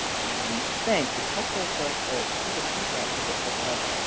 and thanks, it's helpful for us to see the feedback, because it helps us,